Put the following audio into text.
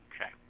Okay